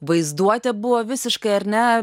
vaizduotė buvo visiškai ar ne